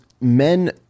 men